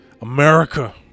America